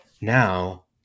now